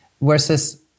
versus